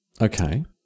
Okay